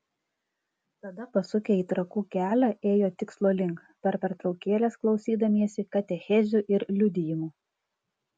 tada pasukę į trakų kelią ėjo tikslo link per pertraukėles klausydamiesi katechezių ir liudijimų